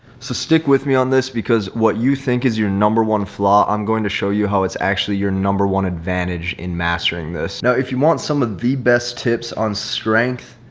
so stick with me on this because what you think is your number one flaw, i'm going to show you how it's actually your number one advantage in mastering this. now, if you want some of the best tips on strength,